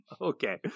Okay